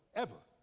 ever.